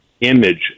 image